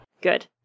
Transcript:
Good